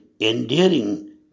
endearing